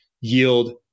yield